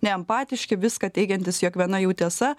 neempatiški viską teigiantys jog viena jų tiesa